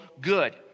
good